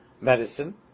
medicine